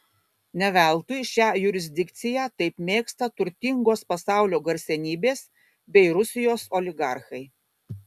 ne veltui šią jurisdikciją taip mėgsta turtingos pasaulio garsenybės bei rusijos oligarchai